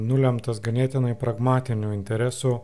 nulemtas ganėtinai pragmatinių interesų